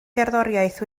gerddoriaeth